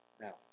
Now